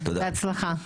בהצלחה.